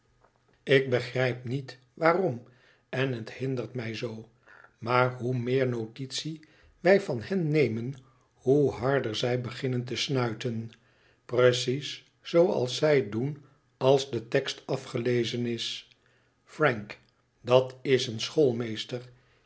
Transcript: ik begrijp niet waarom en het hindert mij zoo maar hoe meer notitie wij van hen nemen hoe harder zij beginnen te snuiten precies zooals zij doen als de tekst afgelezen is frank dat is een